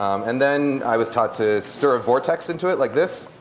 and then i was taught to stir a vortex into it like this,